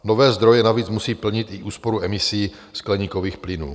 Nové zdroje navíc musí plnit i úsporu emisí skleníkových plynů.